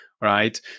right